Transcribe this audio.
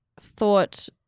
thought